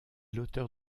l’auteur